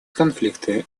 конфликты